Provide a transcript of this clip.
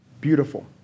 beautiful